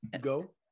Go